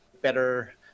better